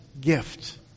gift